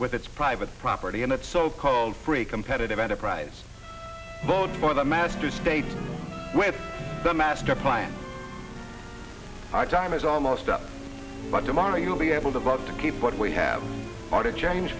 with its private property and its so called free competitive enterprise vote for the masters state with the master plan our time is almost up but tomorrow you'll be able to vote to keep what we have are to change